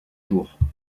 jours